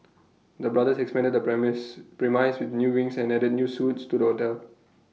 the brothers expanded the mix premise with new wings and added new suites to the hotel